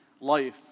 life